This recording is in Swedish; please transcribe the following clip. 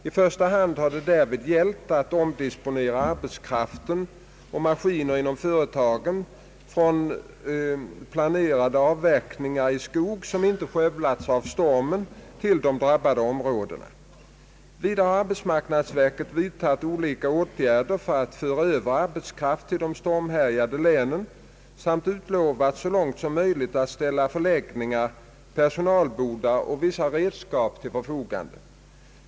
I första hand har det därvid gällt att omdisponera arbetskraft och maskiner inom företagen från planerade avverkningar i skog, som inte skövlats av stormen, till de drabbade områdena. Vidare har arbetsmarknadsverket vidtagit olika åtgärder för att föra över arbetskraft till de stormhärjade länen samt utlovat att så långt det är möjligt ställa förläggningar, personalbodar och vissa redskap till förfogande.